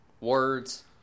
words